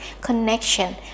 connection